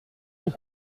nuit